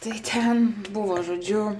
tai ten buvo žodžiu